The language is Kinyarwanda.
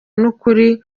n’ukuri